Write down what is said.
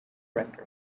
director